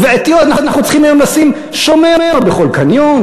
ובעטיו אנחנו צריכים היום לשים שומר בכל קניון,